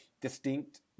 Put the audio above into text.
distinct